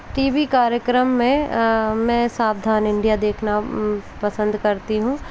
T V कार्यक्रम में मैं सावधान इंडिया देखना पसंद करती हूँ